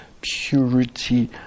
purity